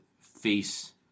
face